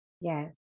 Yes